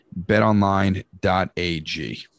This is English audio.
betonline.ag